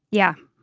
yeah,